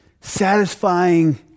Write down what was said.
satisfying